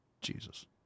Jesus